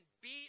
beat